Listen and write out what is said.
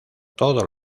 todos